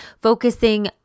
focusing